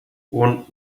und